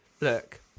look